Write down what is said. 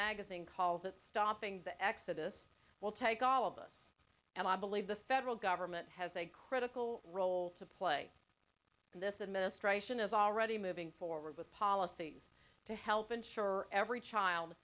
magazine calls that stopping the exodus will take all of us and i believe the federal government has a critical role to play and this administration is already moving forward with policies to help ensure every child